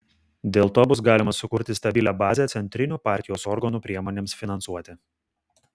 dėl to bus galima sukurti stabilią bazę centrinių partijos organų priemonėms finansuoti